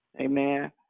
Amen